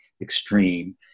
extreme